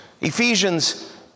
Ephesians